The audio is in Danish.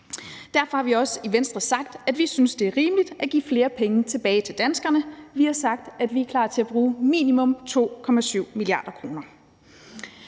Derfor har vi også i Venstre sagt, at vi synes, at det er rimeligt at give flere penge tilbage til danskerne. Vi har sagt, at vi er klar til at bruge minimum 2,7 mia. kr.